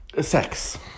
sex